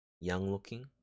young-looking